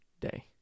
day